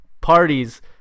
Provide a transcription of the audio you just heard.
parties